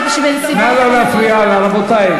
נא לא להפריע לה, רבותי.